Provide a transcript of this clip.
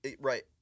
Right